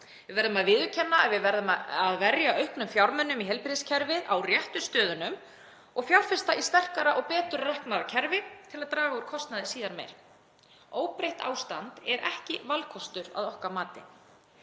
Við verðum að viðurkenna að við verðum að verja auknum fjármunum í heilbrigðiskerfið, á réttu stöðunum og fjárfesta í sterkara og betur reknu kerfi til að draga úr kostnaði síðar meir. Óbreytt ástand er ekki valkostur að okkar mati.